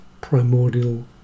primordial